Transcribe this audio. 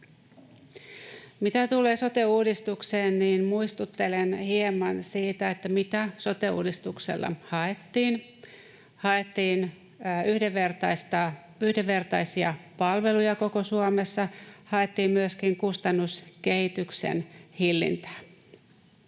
Mitä tulee sote-uudistukseen, niin muistuttelen hieman siitä, mitä sote-uudistuksella haettiin: haettiin yhdenvertaisia palveluja koko Suomessa, haettiin myöskin kustannuskehityksen hillintää.